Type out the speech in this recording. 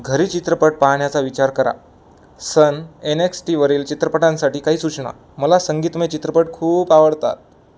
घरी चित्रपट पाहण्याचा विचार करा सन एन एक्स टीवरील चित्रपटांसाठी काही सूचना मला संगीतमय चित्रपट खूप आवडतात